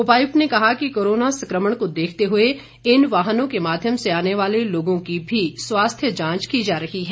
उपायुक्त ने कहा कि कोरोना संक्रमण को देखते हुए इन वाहनों के माध्यम से आने वाले लोगों की भी स्वास्थ्य जांच की जा रही है